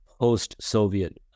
post-Soviet